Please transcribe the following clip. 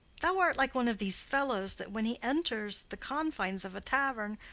thou art like one of these fellows that, when he enters the confines of a tavern,